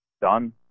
done